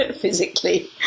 physically